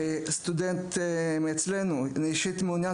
סטודנט אצלנו: "אני אישית מעוניין